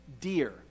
dear